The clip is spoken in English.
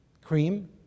cream